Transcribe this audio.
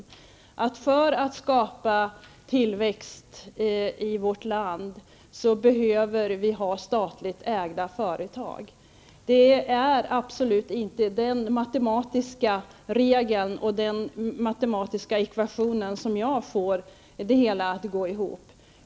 Att vi för att skapa tillväxt i vårt land behöver ha statligt ägda företag -- det är absolut inte den matematiska ekvation som jag får att gå ihop.